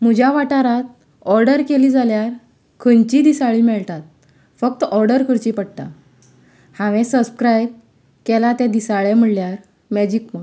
म्हजा वाठारांत ऑर्डर केलीं जाल्यार खंयचीय दिसाळीं मेळटात फक्त ऑर्डर करची पडटा हांवेन सस्क्रायब केलां तें दिसाळें म्हळ्यार मेजीक पॉट